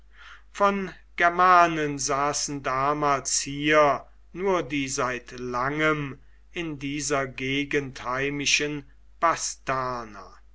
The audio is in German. von germanen saßen damals hier nur die seit langem in dieser gegend